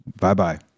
Bye-bye